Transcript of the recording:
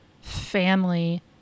family